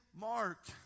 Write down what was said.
mark